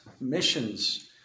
missions